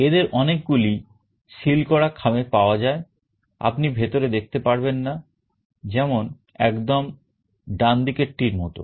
এদের অনেকগুলি সীল করা খাম এ পাওয়া যায় আপনি ভিতরে দেখতে পারবেন না যেমন একদম ডানদিকের টির মত